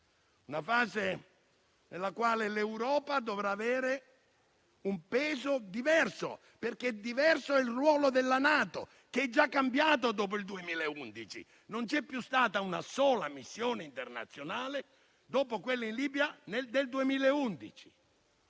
una fase in cui l'Europa dovrà avere un peso diverso, perché diverso è il ruolo della NATO, che è già cambiato dopo il 2011: non c'è più stata una sola missione internazionale, dopo quella in Libia del 2011.